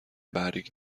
برگ